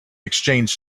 exchanged